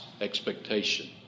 expectation